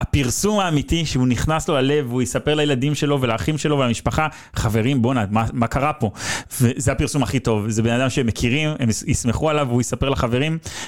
הפרסום האמיתי, שהוא נכנס לו ללב, הוא יספר לילדים שלו ולאחים שלו ולמשפחה, חברים, בונ'ה, מה קרה פה? זה הפרסום הכי טוב, זה בן אדם שמכירים, הם יסמכו עליו והוא יספר לחברים